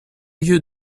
lieu